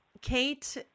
Kate